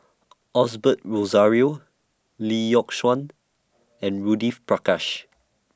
Osbert Rozario Lee Yock Suan and Judith Prakash